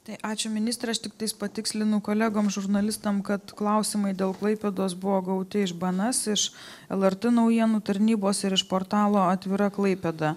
tai ačiū ministre aš tiktais patikslinu kolegom žurnalistam kad klausimai dėl klaipėdos buvo gauti iš bns iš lrt naujienų tarnybos ir iš portalo atvira klaipėda